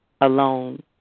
alone